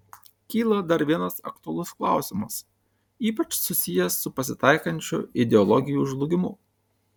kyla dar vienas aktualus klausimas ypač susijęs su pasitaikančiu ideologijų žlugimu